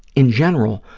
in general,